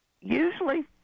Usually